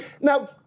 Now